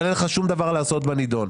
אבל אין לך שום דבר לעשות בנדון.